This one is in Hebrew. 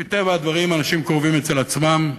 מטבע הדברים אנשים קרובים אצל עצמם,